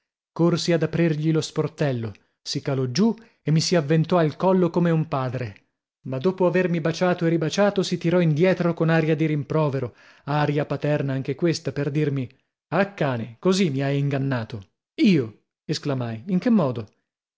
corsi ad aprirgli lo sportello si calò giù e mi si avventò al collo come un padre ma dopo avermi baciato e ribaciato si tirò indietro con aria di rimprovero aria paterna anche questa per dirmi ah cane così mi hai ingannato io esclamai in che modo